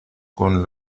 con